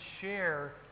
share